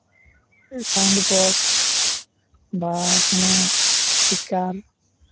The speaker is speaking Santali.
ᱥᱟᱣᱩᱱᱰ ᱤᱯᱚᱠᱥ ᱵᱟ ᱠᱳᱱᱳ ᱤᱥᱯᱤᱠᱟᱨ